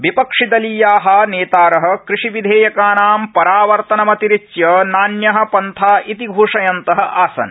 विपक्षिदलीया नेतार कृषिविधेयकानां परावर्तनमतिरिच्य नान्य पन्था इति घोषयन्त आसन्